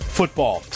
football